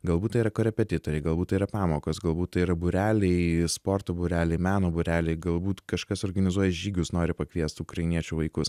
galbūt tai yra korepetitoriai galbūt tai yra pamokos galbūt tai yra būreliai sporto būreliai meno būreliai galbūt kažkas organizuoja žygius nori pakviest ukrainiečių vaikus